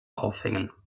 aufhängen